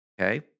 Okay